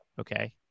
Okay